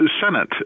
Senate